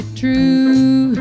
true